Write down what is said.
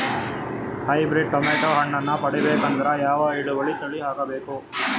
Hybrid tomato ಹಣ್ಣನ್ನ ಪಡಿಬೇಕಂದರ ಯಾವ ಇಳುವರಿ ತಳಿ ಹಾಕಬೇಕು?